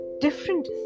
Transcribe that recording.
different